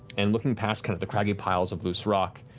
and looking past kind of the craggy piles of loose rock,